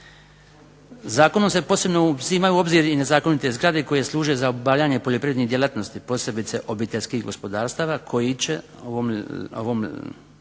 Zakonom se posebno uzimaju u obzir nezakonite zgrade koje služe za obavljanje poljoprivrednih djelatnosti posebice obiteljskih gospodarstava koji će ovim